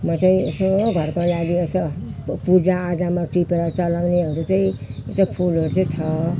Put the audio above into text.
म चाहिँ यसो घरको लागि यसो पूजा आजामा टिपेर चलाउनेहरू चाहिँ यसो फुलहरू चाहिँ छ